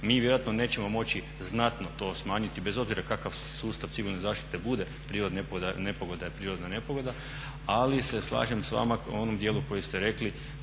Mi vjerojatno nećemo moći znatno to smanjiti, bez obzira kakav sustav civilne zaštite bude, prirodna nepogoda je prirodna nepogoda, ali se slažem s vama u onom dijelu koji ste rekli